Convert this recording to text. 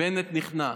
בנט נכנע.